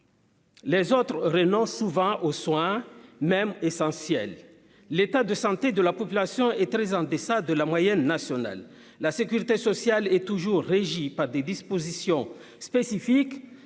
Les autres renoncent souvent aux soins même essentiel, l'état de santé de la population est très en-deçà de la moyenne nationale, la sécurité sociale est toujours régi par des dispositions spécifiques